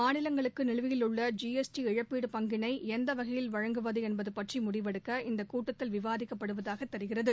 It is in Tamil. மாநிலங்களுக்கு நிலுவையில் உள்ள ஜி எஸ் டி இழப்பீடு பங்கினை எந்த வகையில் வழங்குவது என்பது பற்றி முடிவெடுக்க இந்த கூட்டத்தில் விவாதிக்கப்படுவதாக தெரிகிறது